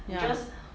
ya